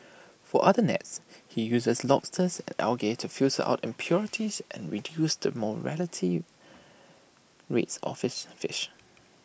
for other nets he uses lobsters and algae to filter out impurities and reduce the mortality rates of his fish